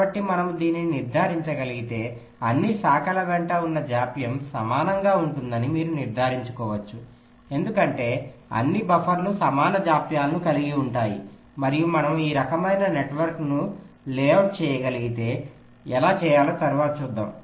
కాబట్టి మనము దీనిని నిర్ధారించగలిగితే అన్ని శాఖల వెంట జాప్యం సమానంగా ఉంటుందని మీరు నిర్ధారించుకోవచ్చు ఎందుకంటే అన్ని బఫర్లు సమాన జాప్యాలను కలిగి ఉంటాయి మరియు మనము ఈ రకమైన నెట్వర్క్ను లేఅవుట్ చేయగలిగితే ఎలా చేయాలో తరువాత చూద్దాం